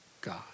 God